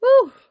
Woo